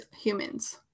humans